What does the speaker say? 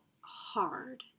hard